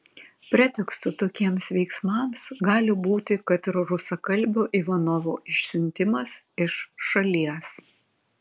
pretekstu tokiems veiksmams gali būti kad ir rusakalbio ivanovo išsiuntimas iš šalies